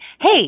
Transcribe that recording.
Hey